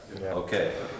Okay